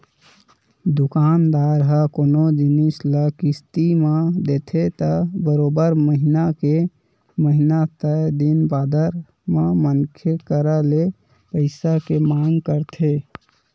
दुकानदार ह कोनो जिनिस ल किस्ती म देथे त बरोबर महिना के महिना तय दिन बादर म मनखे करा ले पइसा के मांग करथे